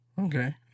Okay